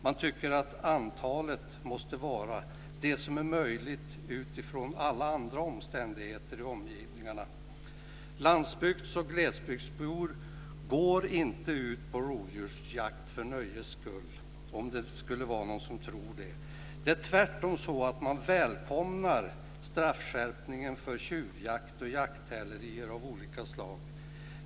Man tycker att antalet måste vara det som är möjligt utifrån alla andra omständigheter i omgivningarna. Landsbygds och glesbygdsbor går inte ut på rovdjursjakt för nöjes skull - om det skulle vara någon som tror det. Tvärtom välkomnar man straffskärpningen för tjuvjakt och jakthäleri av olika slag.